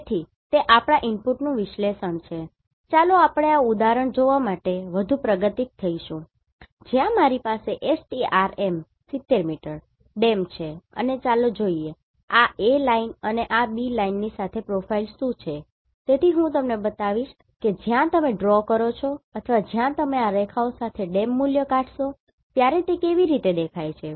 તેથી તે આપણા ઇનપુટનું વિશ્લેષણ છે ચાલો આપણે આ ઉદાહરણ જોવા માટે વધુ પ્રગતિક થઈશું જ્યાં મારી પાસે STRM 90 મીટર DEM છે અને ચાલો જોઈએ કે આ A લાઇન અને આ B લાઇનની સાથે પ્રોફાઇલ શું છે તેથી હું તમને બતાવીશ કે જ્યારે તમે ડ્રો કરો છો અથવા જ્યારે તમે આ રેખાઓ સાથે DEM મૂલ્યો કાઢસો ત્યારે તે કેવી રીતે દેખાય છે